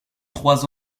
trois